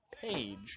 Page